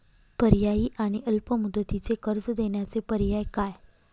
पर्यायी आणि अल्प मुदतीचे कर्ज देण्याचे पर्याय काय?